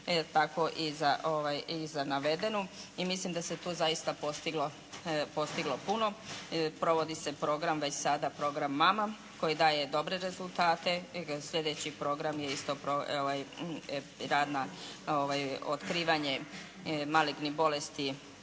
tako i za navedenu i mislim da se tu zaista postiglo puno. Provodi se program već sada program "mamma" koji daje dobre rezultate. Slijedeći program je isto rano otkrivanje malignih bolesti